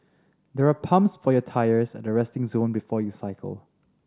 there are pumps for your tyres at the resting zone before you cycle